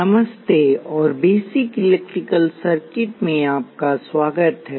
नमस्ते और basic electrical circuit में आपका स्वागत है